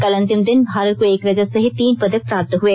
कल अंतिम दिन भारत को एक रजत सहित तीन पदक प्राप्त हुए